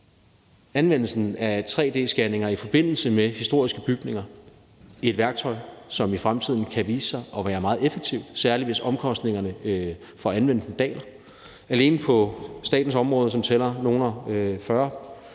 anvendelsen af tre-d-scanninger i forbindelse med historiske bygninger et værktøj, som i fremtiden kan vise sig at være meget effektivt, særlig hvis omkostningerne for anvendelsen daler. Alene på statens område, som tæller nogle og 40